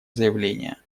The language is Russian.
заявление